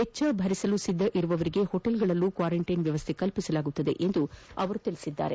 ವೆಚ್ಚ ಭರಿಸಲು ಸಿದ್ದ ಇರುವವರಿಗೆ ಹೋಟೆಲ್ಗಳಲ್ಲಿಯೂ ಕ್ವಾರಂಟೈನ್ ವ್ಯವಸ್ಥೆ ಕಲ್ಪಿಸಲಾಗುವುದು ಎಂದು ಅವರು ಹೇಳಿದ್ದಾರೆ